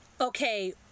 Okay